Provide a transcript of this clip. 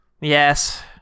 Yes